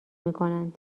میکنند